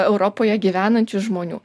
europoje gyvenančių žmonių